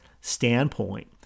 standpoint